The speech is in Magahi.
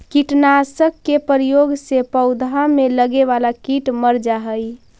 कीटनाशक के प्रयोग से पौधा में लगे वाला कीट मर जा हई